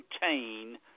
maintain